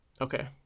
Okay